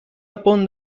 upon